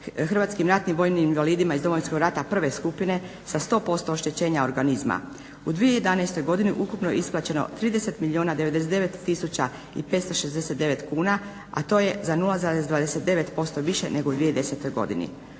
hrvatskim ratnim vojnim invalidima iz Domovinskog rata prve skupine sa 100% oštećenja organizma. U 2011. godini ukupno je isplaćeno 30 milijuna 99 tisuća i 569 kuna, a to je za 0,29% više nego u 2010. godini.